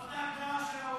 זאת ההגדרה של האו"ם.